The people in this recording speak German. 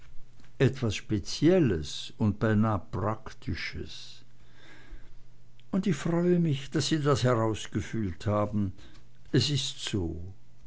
etwas spezielles und beinah praktisches und ich freue mich daß sie das herausgefühlt haben es ist so